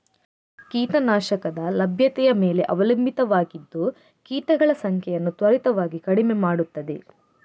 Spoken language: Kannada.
ಕೀಟ ನಾಶಕದ ಲಭ್ಯತೆಯ ಮೇಲೆ ಅವಲಂಬಿತವಾಗಿದ್ದು ಕೀಟಗಳ ಸಂಖ್ಯೆಯನ್ನು ತ್ವರಿತವಾಗಿ ಕಡಿಮೆ ಮಾಡುತ್ತದೆ